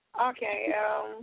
Okay